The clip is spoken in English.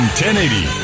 1080